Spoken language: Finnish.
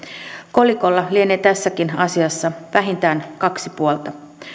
kolikolla lienee tässäkin asiassa vähintään kaksi puolta